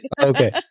Okay